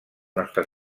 nostra